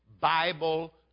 Bible